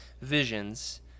Visions